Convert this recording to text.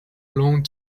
long